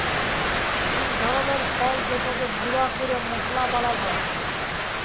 ইক ধরলের ফল যেটকে গুঁড়া ক্যরে মশলা বালাল হ্যয়